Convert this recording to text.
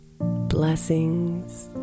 blessings